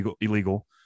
illegal